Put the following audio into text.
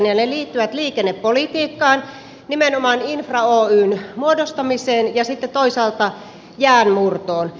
ne liittyvät liikennepolitiikkaan nimenomaan infra oyn muodostamiseen ja sitten toisaalta jäänmurtoon